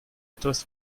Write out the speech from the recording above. etwas